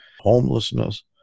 homelessness